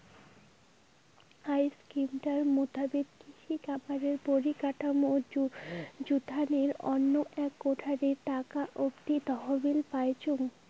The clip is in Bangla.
আই স্কিমটার মুতাবিক কৃষিকামের পরিকাঠামর জুতের তন্ন এক কোটি টাকা অব্দি তহবিল পাইচুঙ